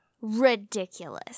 Ridiculous